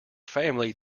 family